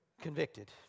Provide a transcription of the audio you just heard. convicted